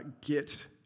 get